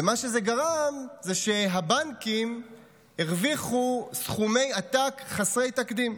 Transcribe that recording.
ומה שזה גרם זה שהבנקים הרוויחו סכומי עתק חסרי תקדים.